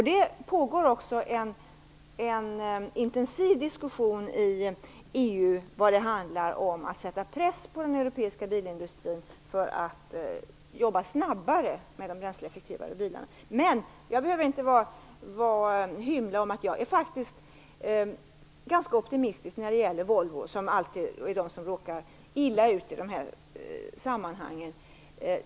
Det pågår också en intensiv diskussion i EU som handlar om att sätta press på den europeiska bilindustrin för att jobba snabbare med de bränsleeffektivare bilarna. Jag behöver inte hymla om att jag faktiskt är ganska optimistisk när det gäller Volvo, som alltid är det företag som råkar illa ut i de här sammanhangen.